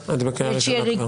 זה פוטש.